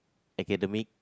academic